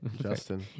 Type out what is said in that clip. Justin